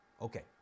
okay